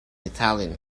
italian